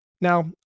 Now